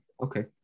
Okay